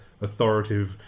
authoritative